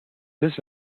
this